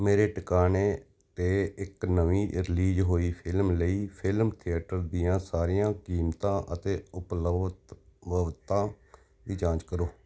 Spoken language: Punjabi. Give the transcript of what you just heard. ਮੇਰੇ ਟਿਕਾਣੇ 'ਤੇ ਇੱਕ ਨਵੀਂ ਰਿਲੀਜ਼ ਹੋਈ ਫ਼ਿਲਮ ਲਈ ਫ਼ਿਲਮ ਥੀਏਟਰ ਦੀਆਂ ਸਾਰੀਆਂ ਕੀਮਤਾਂ ਅਤੇ ਉਪਲਬਧ ਮਬਤਾ ਦੀ ਜਾਂਚ ਕਰੋ